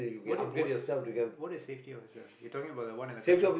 what what is safety officer you're talking about the one at the construct